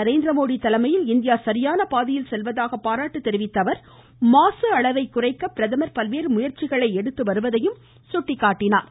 நரேந்திரமோடி தலைமையில் இந்தியா சரியான பாதையில் செல்வதாக பாராட்டிய அவர் மாசு அளவை குறைக்க பிரதமர் பல்வேறு முயற்சிகளை எடுத்துவருவதையும் சுட்டிக்காட்டினார்